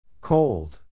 Cold